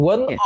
One